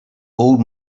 old